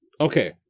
Okay